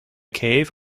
cave